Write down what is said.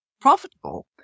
profitable